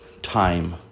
time